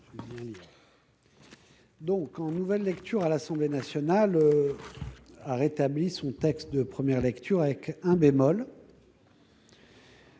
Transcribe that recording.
En nouvelle lecture, l'Assemblée nationale a rétabli son texte de première lecture, avec un bémol